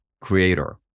creator